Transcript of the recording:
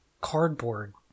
cardboard